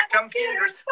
computers